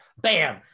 Bam